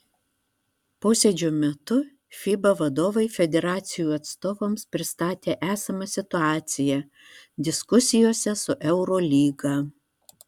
posėdžio metu fiba vadovai federacijų atstovams pristatė esamą situaciją diskusijose su eurolyga